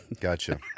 Gotcha